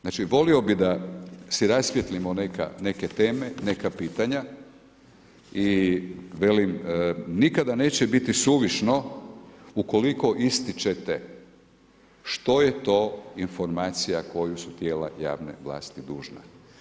Znači volio da si rasvijetlimo i neke teme, neka pitanja i velim, nikada neće biti suvišno ukoliko ističete što je to informaciju koju su tijela javne vlasti dužna.